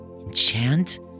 Enchant